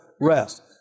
rest